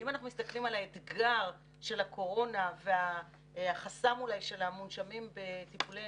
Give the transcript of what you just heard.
ואם אנחנו מסתכלים על האתגר של הקורונה והחסם של המונשמים בטיפולי